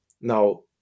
Now